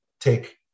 take